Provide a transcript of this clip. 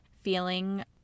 feeling